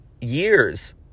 years